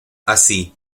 así